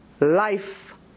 life